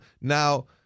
Now